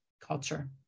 culture